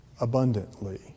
abundantly